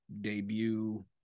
debut